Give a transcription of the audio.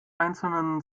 einzelnen